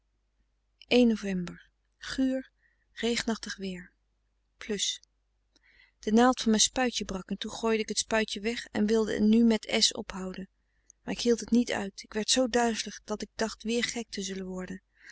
nov guur regenachtig weer de naald van mijn spuitje brak en toen gooide ik het spuitje weg en wilde nu met s ophouden maar ik hield het niet uit ik werd zoo duizelig dat ik dacht weer gek te zullen worden